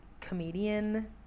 comedian